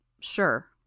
Sure